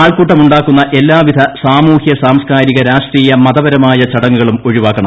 ആൾക്കൂട്ടമുണ്ടാക്കുന്ന എല്ലാ വിധ സാമൂഹ്യ സാംസ്ക്കാരിക രാഷ്ട്രീയ മതപരമായ ചടങ്ങുകളും ഒഴിവാക്കണം